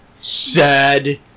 Sad